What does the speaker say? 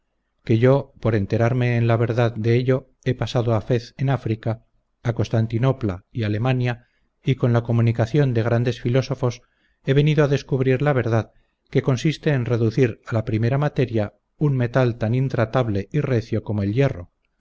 que yo por enterarme en la verdad de ello he pasado a fez en áfrica a constantinopla y alemania y con la comunicación de grandes filósofos he venido a descubrir la verdad que consiste en reducir a la primera materia un metal tan intratable y recio como el hierro